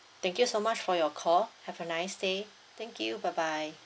thank you so much for your call have a nice day thank you bye bye